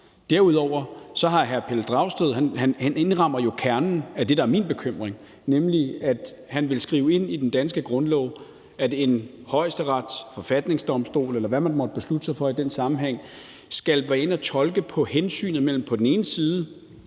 Derudover indrammer hr. Pelle Dragsted jo kernen af det, der er min bekymring, nemlig at han vil skrive ind i den danske grundlov, at Højesteret, en forfatningsdomstol, eller hvad man måtte beslutte sig for i den sammenhæng, skal gå ind at tolke på hensynet mellem på den ene side